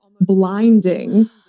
blinding